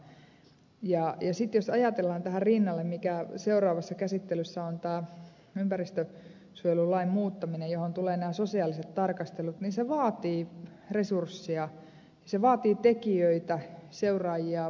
sitten jos ajatellaan tähän rinnalle se mikä seuraavassa käsittelyssä on tämä ympäristönsuojelulain muuttaminen johon tulevat nämä sosiaaliset tarkastelut niin se vaatii resursseja se vaatii tekijöitä seuraajia perehtyjiä